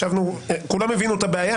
כולם הבינו את הבעיה